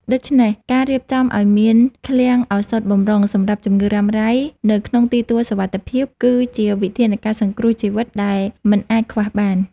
ដូច្នេះ ការរៀបចំឱ្យមានឃ្លាំងឱសថបម្រុងសម្រាប់ជំងឺរ៉ាំរ៉ៃនៅក្នុងទីទួលសុវត្ថិភាព គឺជាវិធានការសង្គ្រោះជីវិតដែលមិនអាចខ្វះបាន។